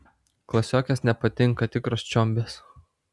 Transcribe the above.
klasiokės nepatinka tikros čiombės